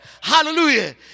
Hallelujah